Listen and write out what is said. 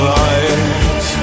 light